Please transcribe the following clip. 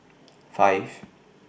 five